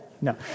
No